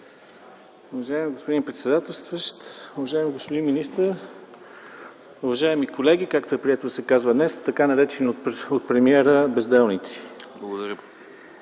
Уважаеми господин председател, уважаеми господин министър, уважаеми колеги, както е прието да се казва днес - така наречени от премиера безделници! КРАСИМИР